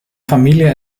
familie